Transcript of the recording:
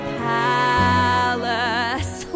palace